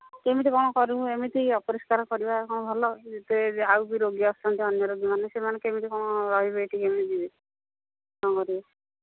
କେମିତି କ'ଣ କରିବୁ ଏମିତି ଅପରିଷ୍କାର କରିବା କ'ଣ ଭଲ ସେ ଯେତେ ଆଉ ବି ରୋଗୀ ଆସୁଛନ୍ତି ଅନ୍ୟ ରୋଗୀମାନେ ସେମାନେ କେମିତି କ'ଣ ରହିବେ ଏଠି କେମିତି ଯିବେ